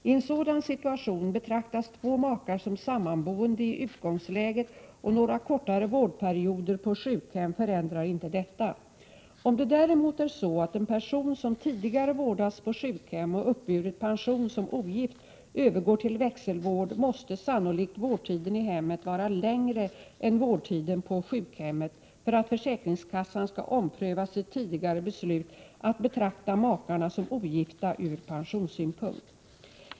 I en sådan situation betraktas två makar som sammanboende i utgångsläget, och några kortare vårdperioder på sjukhem förändrar inte detta. Om det däremot är så att en person som tidigare vårdats på sjukhem och uppburit pension som ogift övergår till växelvård, måste sannolikt vårdtiden i hemmet vara längre än vårdtiden på sjukhemmet för att försäkringskassan skall ompröva sitt tidigare beslut att betrakta makarna som ogifta ur pensionssynpunkt.